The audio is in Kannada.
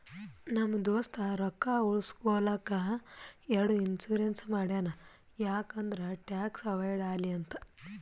ನಮ್ ದೋಸ್ತ ರೊಕ್ಕಾ ಉಳುಸ್ಲಕ್ ಎರಡು ಇನ್ಸೂರೆನ್ಸ್ ಮಾಡ್ಸ್ಯಾನ್ ಯಾಕ್ ಅಂದುರ್ ಟ್ಯಾಕ್ಸ್ ಅವೈಡ್ ಆಲಿ ಅಂತ್